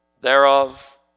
thereof